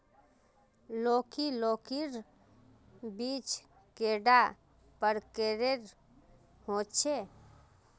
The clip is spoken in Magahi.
लौकी लौकीर बीज कैडा प्रकारेर होचे?